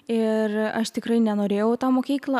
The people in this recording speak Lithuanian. ir aš tikrai nenorėjau į tą mokyklą